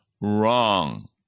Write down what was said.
wrong